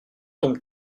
tombe